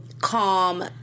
calm